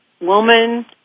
woman